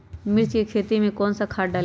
मिर्च की खेती में कौन सा खाद डालें?